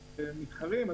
מתחרים.